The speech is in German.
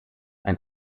ein